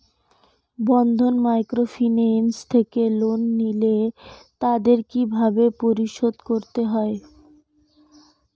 বন্ধন microfinance থেকে loan নিলে তাদের কিভাবে পরিশোধ করতে হয়?